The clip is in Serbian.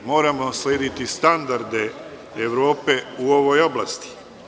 Moramo slediti standarde Evrope u ovoj oblasti.